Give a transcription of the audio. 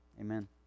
amen